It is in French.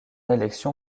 élection